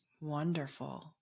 Wonderful